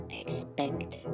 expect